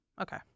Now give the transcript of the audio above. Okay